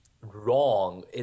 wrong